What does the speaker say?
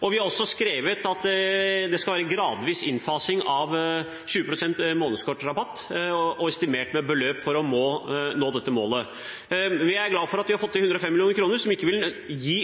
og vi har også skrevet at det skal være gradvis innfasing av 20 pst. månedskortrabatt, estimert med beløp for å nå dette målet. Vi er glad for at vi har fått til 105 mill. kr, som ikke vil gi